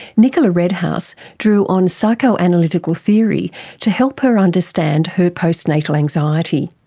nicola redhouse drew on psychoanalytical theory to help her understand her post-natal anxiety,